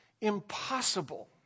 impossible